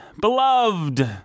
beloved